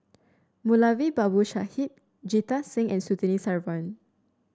Moulavi Babu Sahib Jita Singh and Surtini Sarwan